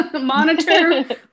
monitor